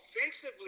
offensively